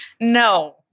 No